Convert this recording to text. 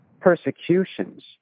persecutions